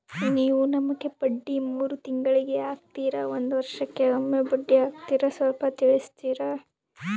ನೀವು ನಮಗೆ ಬಡ್ಡಿ ಮೂರು ತಿಂಗಳಿಗೆ ಹಾಕ್ತಿರಾ, ಒಂದ್ ವರ್ಷಕ್ಕೆ ಒಮ್ಮೆ ಬಡ್ಡಿ ಹಾಕ್ತಿರಾ ಸ್ವಲ್ಪ ತಿಳಿಸ್ತೀರ?